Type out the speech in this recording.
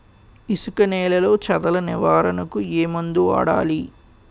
ఇసుక నేలలో చదల నివారణకు ఏ మందు వాడాలి?